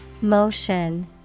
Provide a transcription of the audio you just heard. Motion